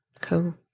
co